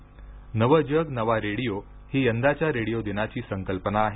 नवं जग नवा रेडिओ ही यंदाच्या रेडिओ दिनाची संकल्पना आहे